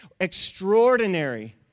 extraordinary